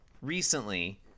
recently